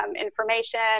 information